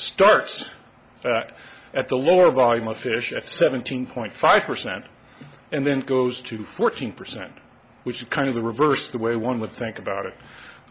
starts at the lower volume official at seventeen point five percent and then goes to fourteen percent which is kind of the reverse of the way one would think about it